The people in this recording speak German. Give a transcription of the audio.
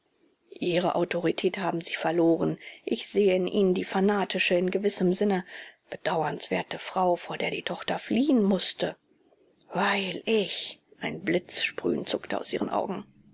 ihre autorität haben sie verloren ich sehe in ihnen die fanatische in gewissem sinne bedauernswerte frau vor der die tochter fliehen mußte weil ich ein blitzsprühen zuckte aus ihren augen